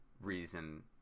reason